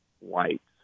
whites